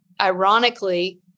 ironically